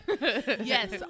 Yes